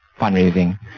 fundraising